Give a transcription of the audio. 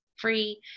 free